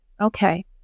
Okay